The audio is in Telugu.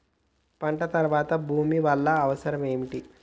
పంట తర్వాత భూమి వల్ల అవసరం ఏమిటి?